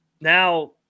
Now